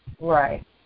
Right